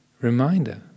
reminder